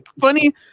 funny